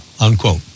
unquote